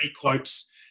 quotes